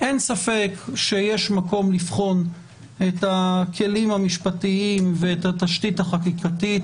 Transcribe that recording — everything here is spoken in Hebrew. אין ספק שיש מקום לבחון את הכלים המשפטיים ואת התשתית החקיקתית